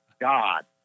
God